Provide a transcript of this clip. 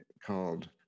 called